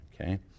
Okay